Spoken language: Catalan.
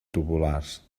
tubulars